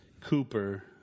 Cooper